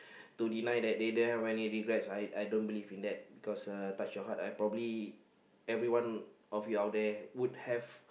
to deny that they don't have any regret I don't believe in that cause touch your heart I probably everyone of you out there would have